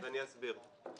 אסביר.